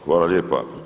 Hvala lijepa.